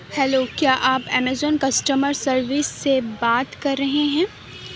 hello کیا آپ Amazon customer service سے بات کر رہے ہیں